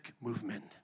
movement